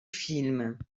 films